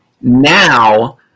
now